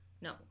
no